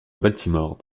baltimore